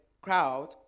crowd